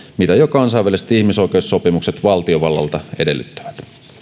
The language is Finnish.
mitä jo kansainväliset ihmisoikeussopimukset valtiovallalta edellyttävät